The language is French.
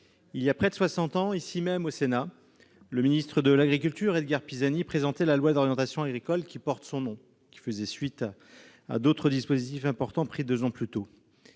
il y a près de soixante ans, ici même au Sénat, le ministre de l'agriculture, Edgard Pisani, présentait la loi d'orientation agricole qui porte son nom et qui faisait suite à d'autres dispositifs importants adoptés deux ans plus tôt.